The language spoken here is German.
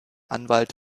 anwalt